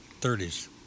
30s